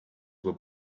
were